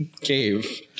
cave